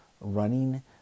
running